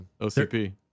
OCP